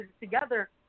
together